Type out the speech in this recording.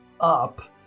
up